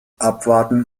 abwarten